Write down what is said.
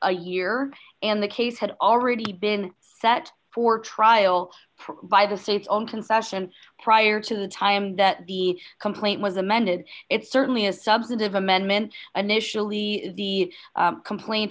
a year and the case had already been set for trial by the state's own concession prior to the time that the complaint was amended it's certainly a substantive amendment initially the complaint